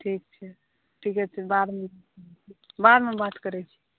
ठीक छै ठीके छै बादमे बादमे बात करै छी